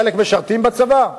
חלקם משרתים בצבא?